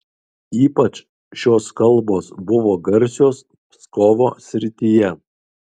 ypač šios kalbos buvo garsios pskovo srityje